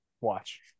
Watch